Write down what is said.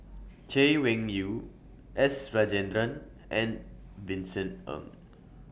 Chay Weng Yew S Rajendran and Vincent Ng